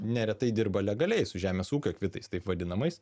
neretai dirba legaliai su žemės ūkio kvitais taip vadinamais